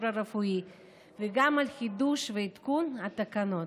הרפואי וגם על חידוש ועדכון התקנות.